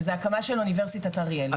וזה הקמה של אוניברסיטת אריאל,